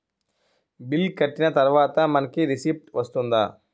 Bill కట్టిన తర్వాత మనకి రిసీప్ట్ వస్తుందా?